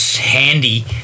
handy